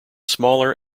smaller